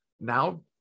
Now